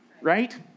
right